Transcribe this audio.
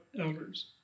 elders